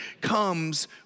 comes